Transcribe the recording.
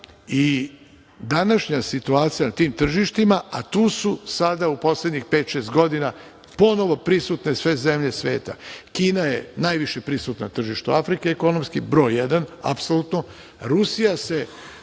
i današnja situacija na tim tržištima, a tu su sada u poslednjih pet, šest godina ponovo prisutne sve zemlje sveta. Kina je najviše prisutna na tržištu Afrike, ekonomski broj jedan apsolutno,